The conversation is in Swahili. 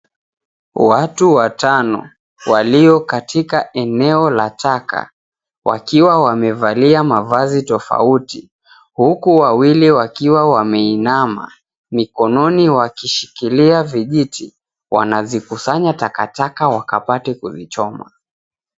Watu watano waliyokatika eneo la taka wakiwa wamevalia mavazi tofauti, huku wawili wameinama mikononi wakishikilia vijiti wanazikusanya takataka wakapate kuzichoma.